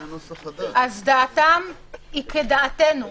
אז דעתם היא כדעתנו.